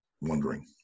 wondering